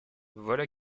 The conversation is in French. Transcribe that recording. voilà